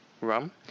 rum